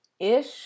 ish